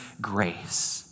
grace